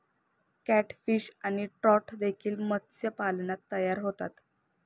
catfish आणि trout देखील मत्स्यपालनात तयार होतात